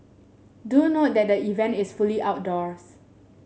do note that the event is fully outdoors